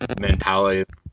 mentality